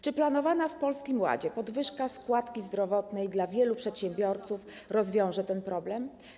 Czy planowana w Polskim Ładzie podwyżka składki zdrowotnej dla wielu przedsiębiorców rozwiąże ten problem?